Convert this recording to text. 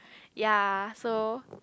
ya so